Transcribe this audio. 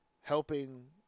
helping